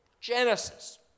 Genesis